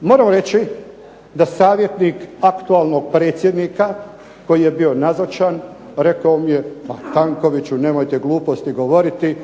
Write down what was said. Moram reći da savjetnik aktualnog predsjednika, koji je bio nazočan, rekao mi je pa Tankoviću nemojte gluposti govoriti,